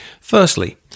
Firstly